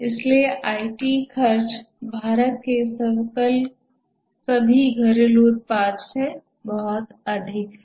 इसलिए आईटी खर्च भारत के सभी घरेलू उत्पादन से बहुत अधिक है